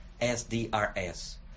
SDRS